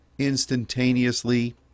instantaneously